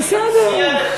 אני מציע לך